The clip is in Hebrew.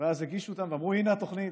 ואז הגישו אותם ואמרו: הינה התוכנית.